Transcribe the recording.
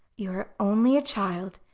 you are only a child,